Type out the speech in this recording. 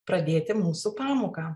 pradėti mūsų pamoką